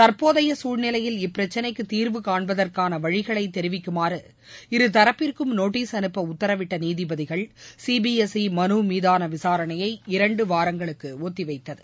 தற்போதைய சூழ்நிலையில் இப்பிரச்சினைக்கு தீர்வுகாண்பதற்கான வழிகளை தெரிவிக்குமாறு இருதரப்பிற்கும் நோட்டீஸ் அனுப்ப உத்தரவிட்ட நீதிபதிகள் சிபிஎஸ்ஈ மனு மீதான விசாரணையை இரண்டு வாரங்களுக்கு ஒத்திவைத்தது